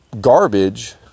garbage